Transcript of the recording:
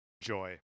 joy